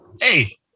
hey